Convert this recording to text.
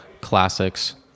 classics